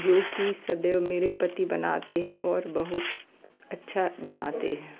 जो कि सदैव मेरे पति बनाते हैं और बहुत अच्छा बनाते हैं